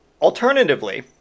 alternatively